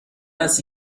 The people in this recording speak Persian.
است